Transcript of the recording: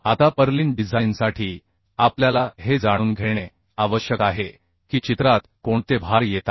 आता पर्लिन डिझाइनसाठी आपल्याला हे जाणून घेणे आवश्यक आहे की चित्रात कोणते भार येत आहेत